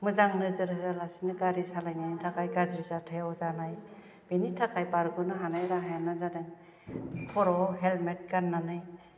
मोजां नोजोर होआलासिनो गारि सालायनायनि थाखाय गाज्रि जाथायाव जानाय बेनि थाखाय बारग'नो हानाय राहायानो जादों खर'वाव हेलमेट गाननानै